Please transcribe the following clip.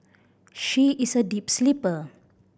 she is a deep sleeper